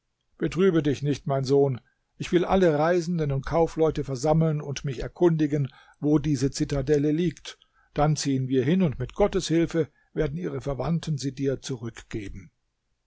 betrübe dich nicht mein sohn ich will alle reisenden und kaufleute versammeln und mich erkundigen wo diese zitadelle liegt dann ziehen wir hin und mit gottes hilfe werden ihre verwandten sie dir zurückgeben